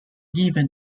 given